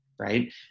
Right